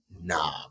nah